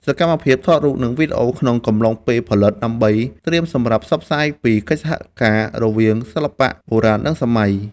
សកម្មភាពថតរូបភាព និងវីដេអូក្នុងកំឡុងពេលផលិត ដើម្បីត្រៀមសម្រាប់ផ្សព្វផ្សាយពីកិច្ចសហការរវាងសិល្បៈបុរាណ និងសម័យ។